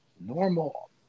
normal